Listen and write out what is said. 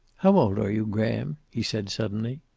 how old are you, graham? he said suddenly.